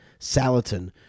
Salatin